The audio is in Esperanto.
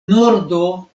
nordo